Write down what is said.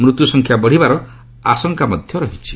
ମୃତ୍ୟୁ ସଂଖ୍ୟା ବଢ଼ିବାର ଆଶଙ୍କା ରହିଛି